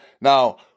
Now